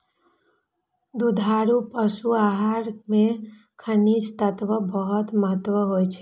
दुधारू पशुक आहार मे खनिज तत्वक बहुत महत्व होइ छै